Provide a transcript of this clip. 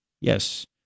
Yes